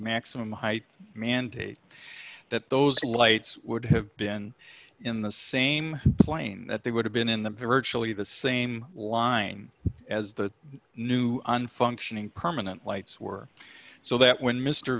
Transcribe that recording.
maximum height mandate that those lights would have been in the same plane that they would have been in the virtually the same line as the new and functioning permanent lights were so that when mr